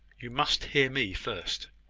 you must hear me first.